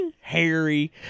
Harry